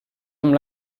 amb